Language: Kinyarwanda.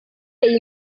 iyi